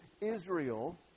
Israel